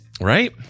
right